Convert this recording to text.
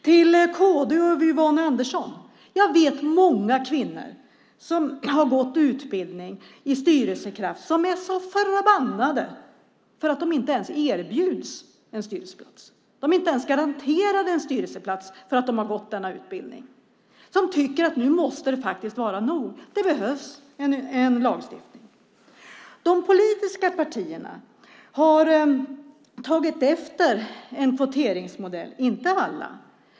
Till kd och Yvonne Andersson: Jag vet många kvinnor som har gått utbildning i Styrelsekraft som är så förbannade för att de inte erbjuds en styrelseplats. De är inte garanterade en styrelseplats när de har gått denna utbildning. De tycker att nu måste det vara nog, att det behövs en lagstiftning. De politiska partierna, inte alla, har tagit efter en kvoteringsmodell.